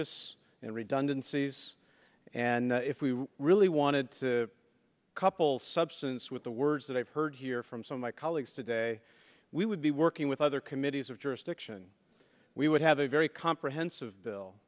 issues and redundancies and if we really wanted to couple substance with the words that i've heard here from some of my colleagues today we would be working with other committees of jurisdiction we would have a very comprehensive bill